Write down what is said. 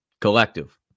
collective